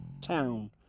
town